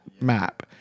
map